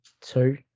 Two